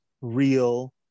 real